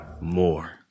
More